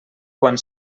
quan